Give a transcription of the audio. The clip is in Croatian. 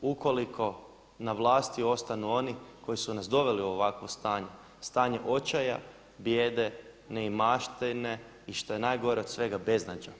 ukoliko na vlasti ostanu oni koji su nas doveli u ovakvo stanje, stanje očaja, bijede, neimaštine i što je najgore od svega beznađa.